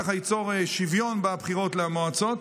ככה ניצור שוויון בבחירות למועצות,